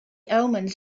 omens